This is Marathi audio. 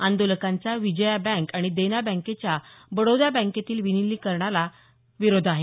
आंदोलकांचा विजया बँक आणि देना बँकेच्या बडोदा बँकेतील विलीनीकरण प्रस्तावाला विरोध आहे